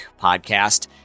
podcast